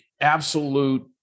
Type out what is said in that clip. absolute